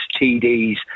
TDs